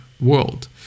world